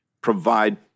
provide